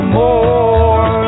more